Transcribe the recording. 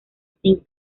zinc